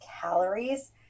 calories